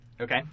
okay